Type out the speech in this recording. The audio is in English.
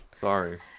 Sorry